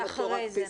אחרי זה.